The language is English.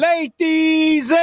Ladies